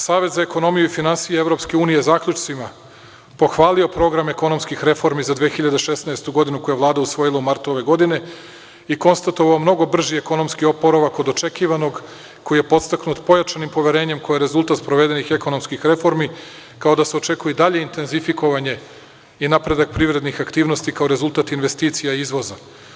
Savet za ekonomiju i finansije EU zaključcima pohvalio je program ekonomskih reformi za 2016. godinu, koji je Vlada usvojila u martu ove godine i konstatovao mnogo brži ekonomski oporavak od očekivanog, koji je podstaknut pojačnim poverenjem koje je rezultat sprovedenih ekonomskih reformi, kao da se očekuje i dalje intenzifikovanje i napredak privrednih aktivnosti kao rezultat investicija i izvoza.